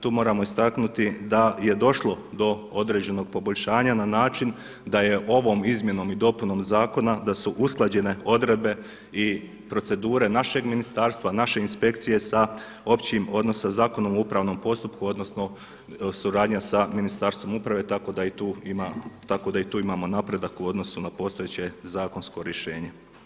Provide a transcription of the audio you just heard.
Tu moramo istaknuti da je došlo do određenog poboljšanja na način da je ovom izmjenom i dopunom zakona da su usklađene odredbe i procedure našeg ministarstva, naše inspekcije sa općim odnosno Zakonom o upravnom postupku odnosno suradnja sa Ministarstvom uprave tako da i tu imamo napredak u odnosu na postojeće zakonsko rješenje.